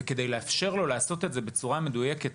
כדי לאפשר לו לעשות את זה בצורה המדויקת,